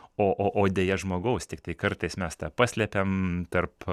o o o deja žmogaus tiktai kartais mes tą paslepiam tarp